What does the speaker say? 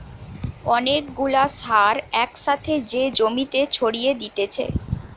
অনেক গুলা সার এক সাথে যে জমিতে ছড়িয়ে দিতেছে